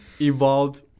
evolved